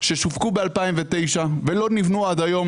ששווקו ב-2009 ולא נבנו עד היום.